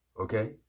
okay